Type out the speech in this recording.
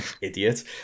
idiot